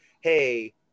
Hey